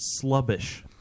slubbish